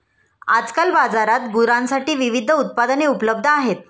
आजकाल बाजारात गुरांसाठी विविध उत्पादने उपलब्ध आहेत